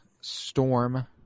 Storm